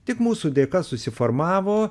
tik mūsų dėka susiformavo